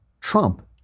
Trump